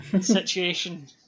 situation